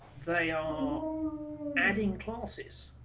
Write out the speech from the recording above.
they are all adding policies